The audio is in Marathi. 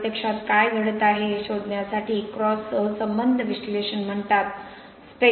प्रत्यक्षात काय घडत आहे हे शोधण्यासाठी क्रॉस सहसंबंध विश्लेषण म्हणतात